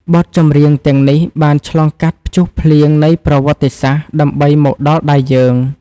បទចម្រៀងទាំងនេះបានឆ្លងកាត់ព្យុះភ្លៀងនៃប្រវត្តិសាស្ត្រ ដើម្បីមកដល់ដៃយើង។